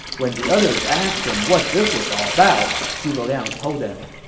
when the others asked him what this was all about, zhuge liang told them,